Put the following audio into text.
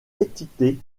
équipées